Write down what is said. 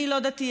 אני לא דתייה,